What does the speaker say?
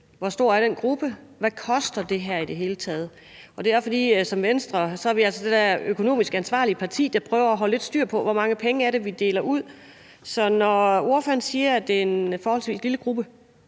hvor stor den gruppe er, og hvad det i det hele taget koster. Det er også, fordi vi i Venstre er det der økonomisk ansvarlige parti, der prøver at holde lidt styr på, hvor mange penge det er, vi deler ud. Så når ordføreren siger, at det er en forholdsvis lille gruppe,